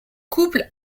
couple